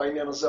בעניין הזה.